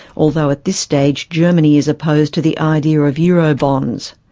although at this stage germany is opposed to the idea of euro bonds.